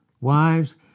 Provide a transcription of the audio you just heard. wives